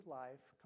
life